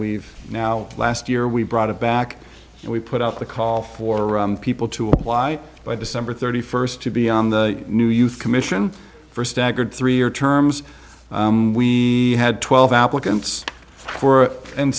we've now last year we brought it back and we put out the call for people to apply by december thirty first to be on the new youth commission for staggered three year terms we had twelve applicants for and